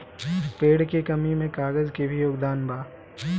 पेड़ के कमी में कागज के भी योगदान बा